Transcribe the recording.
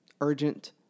urgent